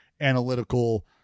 analytical